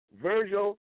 Virgil